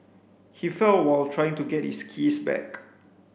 he fell while trying to get his keys back